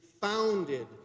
founded